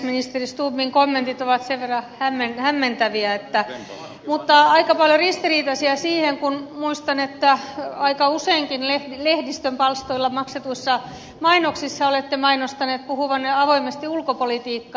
ministeri stubbin kommentit ovat hämmentäviä ja aika paljon ristiriitaisia siihen nähden kun muistan että aika useinkin lehdistön palstoilla maksetuissa mainoksissa olette mainostanut puhuvanne avoimesti ulkopolitiikkaa